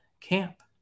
camp